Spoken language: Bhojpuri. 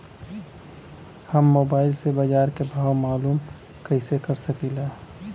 हम मोबाइल से बाजार के भाव मालूम कइसे कर सकीला?